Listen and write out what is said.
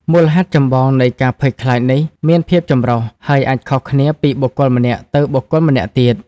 មូលហេតុចម្បងនៃការភ័យខ្លាចនេះមានភាពចម្រុះ ហើយអាចខុសគ្នាពីបុគ្គលម្នាក់ទៅបុគ្គលម្នាក់ទៀត។